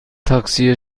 تاکسی